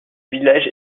village